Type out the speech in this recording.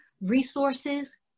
resources